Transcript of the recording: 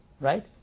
Right